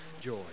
joy